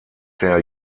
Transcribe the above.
der